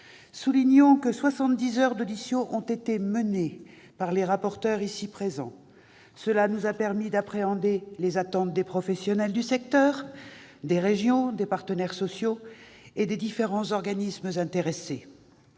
Soulignons que soixante-dix heures d'auditions ont été menées par les rapporteurs ici présents. Cela nous a permis d'appréhender les attentes des professionnels du secteur, des régions, des partenaires sociaux et des différents organismes intéressés.